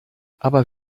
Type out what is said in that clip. aber